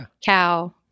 cow